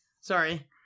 Sorry